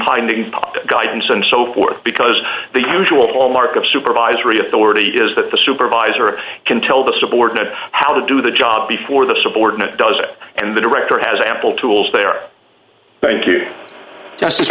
public guidance and so forth because the usual hallmark of supervisory authority is that the supervisor can tell the subordinates how to do the job before the subordinate does it and the director has ample tools there thank you